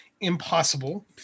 impossible